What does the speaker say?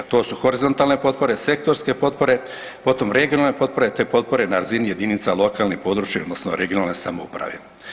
To su horizontalne potpore, sektorske potpore, potom regionalne potpore, te potpore na razini jedinica lokalne i područne odnosno regionalne samouprave.